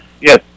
Yes